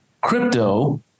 crypto